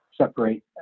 separate